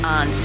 on